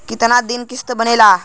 कितना दिन किस्त बनेला?